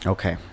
Okay